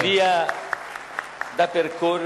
(מחיאות כפיים)